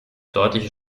deutliche